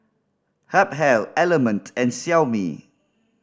Habhal Element and Xiaomi